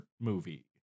movie